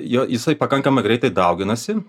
jo jisai pakankamai greitai dauginasi